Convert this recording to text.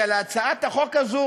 שעל הצעת החוק הזאת